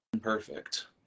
perfect